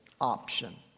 option